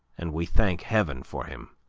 and we thank heaven for him.